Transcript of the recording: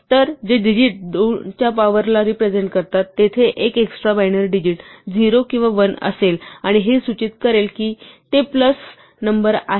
तर जे डिजिट 2 च्या पॉवर ला रेप्रेझेन्ट करतात तेथे एक एक्स्ट्रा बायनरी डिजिट 0 किंवा 1 असेल आणि हे सूचित करेल की ते प्लस किंवा मायनस आहे